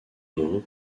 nom